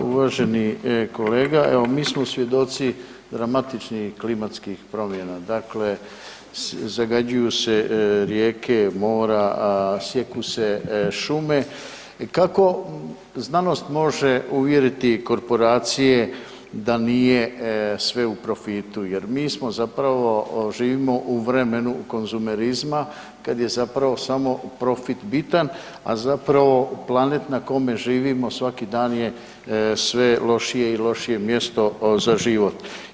Uvaženi kolega, evo mi smo svjedoci dramatičnih klimatskih promjena, dakle zagađuju se rijeke, mora, sijeku se šume, kako znanost može uvjeriti korporacije da nije sve u profitu jer mi smo zapravo živimo u vremenu konzumerizma kad je zapravo samo profit bitan a zapravo planet na kome živimo svaki dan je sve lošije i lošije mjesto za život?